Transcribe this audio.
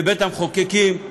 בבית-המחוקקים,